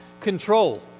control